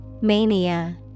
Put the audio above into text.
Mania